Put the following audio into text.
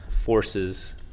forces